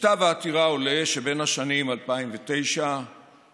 מכתב העתירה עולה שבין השנים 2009 ל-2016